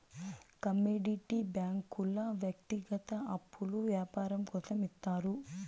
commodity బ్యాంకుల వ్యక్తిగత అప్పులు యాపారం కోసం ఇత్తారు